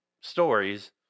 stories